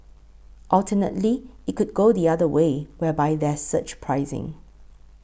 alternatively it could go the other way whereby there's surge pricing